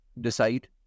decide